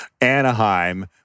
Anaheim